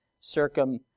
circum